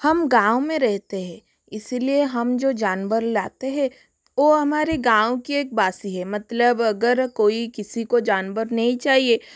हम गाँव मे रहते है इसीलिए हम जो जानवर लाते है वो हमारे गाँव के एक बासी है मतलब अगर कोई किसी को जानवर नहीं चाहिए